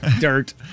Dirt